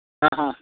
ಹಾಂ ಹಾಂ